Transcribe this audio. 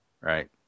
right